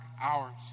hours